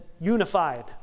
unified